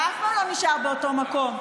אתה אף פעם לא נשאר באותו מקום.